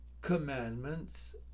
commandments